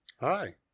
Hi